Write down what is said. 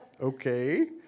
okay